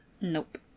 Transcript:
Nope